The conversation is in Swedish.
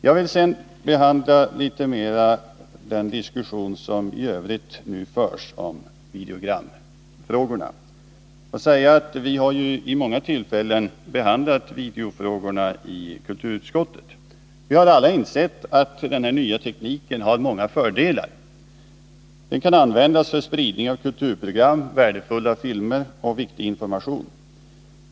Jag vill sedan något beröra den diskussion som i övrigt förs i videogramfrågorna. Vi har vid många tillfällen behandlat de frågorna i kulturutskottet. Vi har alla insett att den nya tekniken har många fördelar. Den kan användas för spridning av kulturprogram, värdefulla filmer och viktig information.